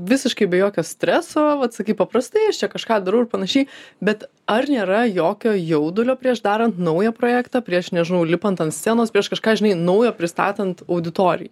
visiškai be jokio streso vat sakei paprastai aš čia kažką darau ir panašiai bet ar nėra jokio jaudulio prieš darant naują projektą prieš nežinau lipant ant scenos prieš kažką žinai naujo pristatant auditorijai